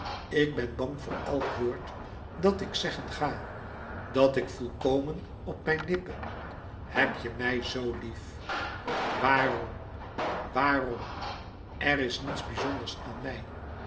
ik ben bang voor elk woord dat ik zeggen ga dat ik voel louis couperus metamorfoze komen op mijn lippen heb je mij z lief waarom waarom er is niets bizonders aan mij